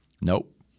Nope